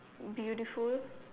beautiful